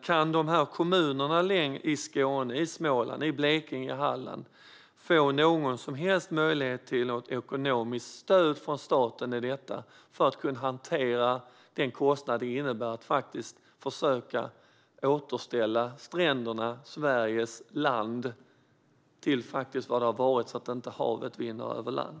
Kan dessa kommuner i Skåne, Småland, Blekinge och Halland få någon som helst möjlighet till ekonomiskt stöd från staten för att kunna hantera den kostnad det innebär att försöka återställa stränderna, Sveriges land, till vad de har varit så att inte havet vinner över land?